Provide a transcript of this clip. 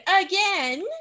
again